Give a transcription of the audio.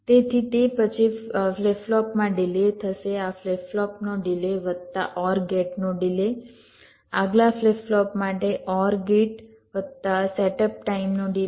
તેથી તે પછી ફ્લિપ ફ્લોપમાં ડિલે થશે આ ફ્લિપ ફ્લોપનો ડિલે વત્તા OR ગેટનો ડિલે આગલા ફ્લિપ ફ્લોપ માટે OR ગેટ વત્તા સેટઅપ ટાઇમનો ડિલે